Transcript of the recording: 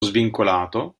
svincolato